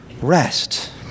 rest